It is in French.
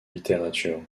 littérature